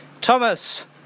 Thomas